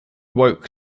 woke